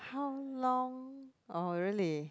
how long oh really